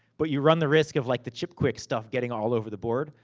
but you run the risk of like the chipquik stuff getting all over the board.